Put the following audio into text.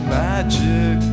magic